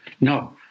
no